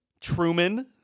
Truman